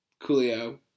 Coolio